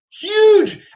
huge